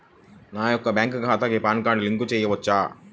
నా యొక్క బ్యాంక్ ఖాతాకి పాన్ కార్డ్ లింక్ చేయవచ్చా?